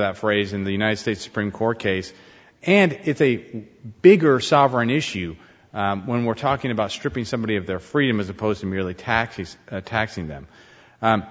that phrase in the united states supreme court case and it's a bigger sovereign issue when we're talking about stripping somebody of their freedom as opposed to merely taxies taxing them